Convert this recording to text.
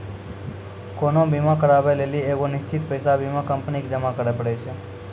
कोनो बीमा कराबै लेली एगो निश्चित पैसा बीमा कंपनी के जमा करै पड़ै छै